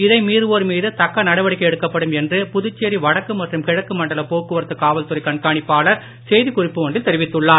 இதை மீறுவோர் மீது தக்க நடவடிக்கை எடுக்கப்படும் என்று புதுச்சேரி வடக்கு மற்றும் கிழக்கு மண்டல போக்குவரத்து காவல்துறை கண்காணிப்பாளர் செய்திக் குறிப்பு ஒன்றில் தெரிவித்துள்ளார்